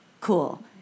Cool